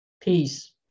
Peace